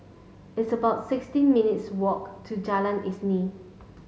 it's about sixteen minutes' walk to Jalan Isnin